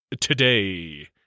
today